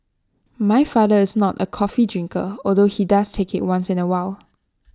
my father is not A coffee drinker although he does take IT once in A while